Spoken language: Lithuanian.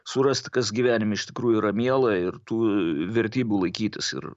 surasti kas gyvenime iš tikrųjų yra miela ir tų vertybių laikytis ir